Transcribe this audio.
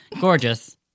gorgeous